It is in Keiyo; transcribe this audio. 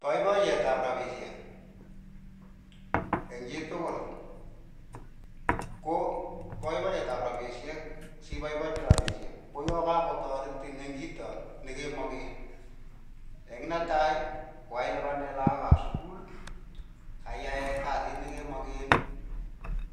Poipoyeet ap rapishek, eng' chii tukul ko poipoyeet ap rapishek si paipachi rapishek ko ya kakotaretin eng' kito nekemakeen, eng' netai, ko kailipanee lakkok ap sukuul, kaiyae kasiit ne ke makeen,